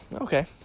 okay